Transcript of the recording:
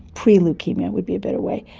pre-leukaemia would be a better way,